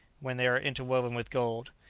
when they are interwoven with gold.